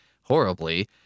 horribly